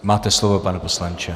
Máte slovo, pane poslanče.